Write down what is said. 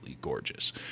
gorgeous